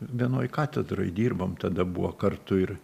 vienoj katedroj dirbom tada buvo kartu ir